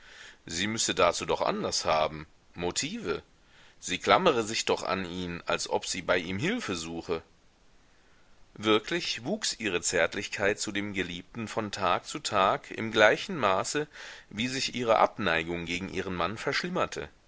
sie müsse dazu doch anlaß haben motive sie klammere sich doch an ihn als ob sie bei ihm hilfe suche wirklich wuchs ihre zärtlichkeit zu dem geliebten von tag zu tag im gleichen maße wie sich ihre abneigung gegen ihren mann verschlimmerte